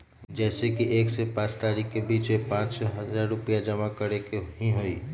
जैसे कि एक से पाँच तारीक के बीज में पाँच हजार रुपया जमा करेके ही हैई?